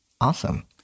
Awesome